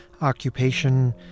occupation